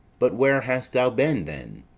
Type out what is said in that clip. but where hast thou been then?